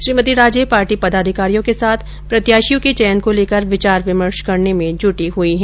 Shrimati Raje party पदाधिकारियों के साथ प्रत्याशियों के चयन को लेकर विचार विमर्श करने में जुटी हुई है